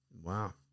wow